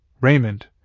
Raymond